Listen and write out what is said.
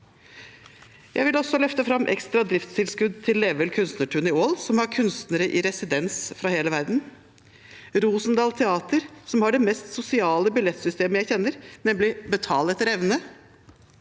Jeg vil også løfte fram ekstra driftstilskudd til Leveld Kunstnartun i Ål, som har kunstnere i residens fra hele verden, og Rosendal Teater, som har det mest sosiale billettsystemet jeg kjenner til, nemlig å betale etter evne.